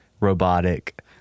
robotic